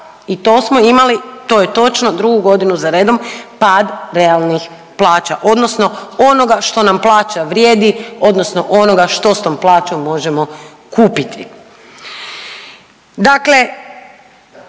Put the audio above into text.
I to smo imali to je točno drugu godinu za redom pad realnih plaća, odnosno onoga što nam plaća vrijedi, odnosno onoga što s tom plaćom možemo kupiti.